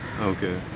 okay